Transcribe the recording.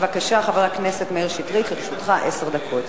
בבקשה, חבר הכנסת מאיר שטרית, לרשותך עשר דקות.